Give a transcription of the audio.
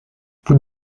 vous